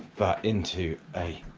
but into a